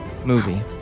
Movie